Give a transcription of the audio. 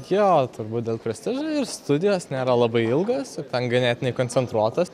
jo turbūt dėl prestižo ir studijos nėra labai ilgos o ten ganėtinai koncentruotos